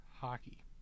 hockey